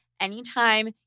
Anytime